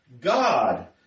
God